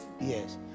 yes